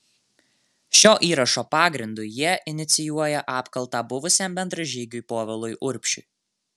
šio įrašo pagrindu jie inicijuoja apkaltą buvusiam bendražygiui povilui urbšiui